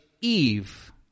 Eve